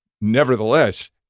nevertheless